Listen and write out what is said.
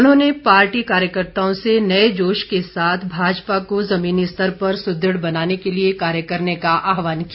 उन्होंने पार्टी कार्यकर्ताओं से नए जोश के साथ भाजपा को जमीनी स्तर पर सुदृढ़ बनाने के लिए कार्य करने का आहवान किया